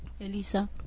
Elisa